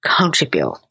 contribute